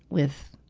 with,